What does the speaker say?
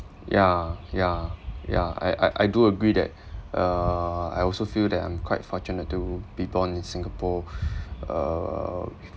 ya ya ya I I I do agree that uh I also feel that I'm quite fortunate to be born in singapore uh